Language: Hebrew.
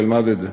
אלמד את זה.